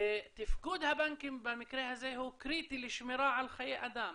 ותפקוד הבנקים במקרה הזה הוא קריטי לשמירה על חיי אדם.